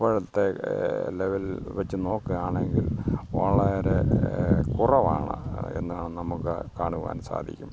ഇപ്പോഴത്തെ ലെവൽ വച്ച് നോക്കുകയാണെങ്കിൽ വളരെ കുറവാണ് എന്നു നമുക്ക് കാണുവാൻ സാധിക്കും